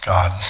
God